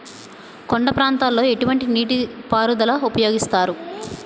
కొండ ప్రాంతాల్లో ఎటువంటి నీటి పారుదల ఉపయోగిస్తారు?